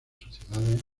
sociedades